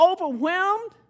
overwhelmed